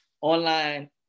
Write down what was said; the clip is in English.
Online